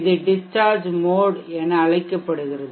இது discharge mode வெளியேற்றும் முறை என அழைக்கப்படுகிறது